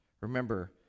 Remember